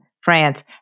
France